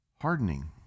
hardening